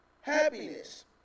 happiness